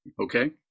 okay